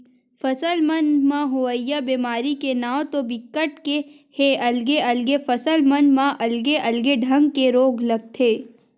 फसल मन म होवइया बेमारी के नांव तो बिकट के हे अलगे अलगे फसल मन म अलगे अलगे ढंग के रोग लगथे